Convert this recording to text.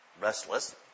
Restless